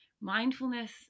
mindfulness